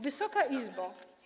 Wysoka Izbo!